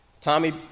Tommy